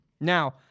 Now